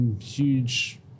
huge